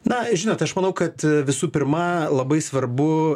na žinot aš manau kad visų pirma labai svarbu